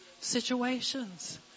situations